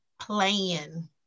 playing